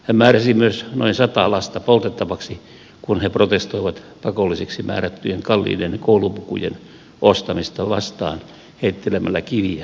hän määräsi myös noin sata lasta poltettavaksi kun he protestoivat pakollisiksi määrättyjen kalliiden koulupukujen ostamista vastaan heittelemällä kiviä bokassan saattuetta kohti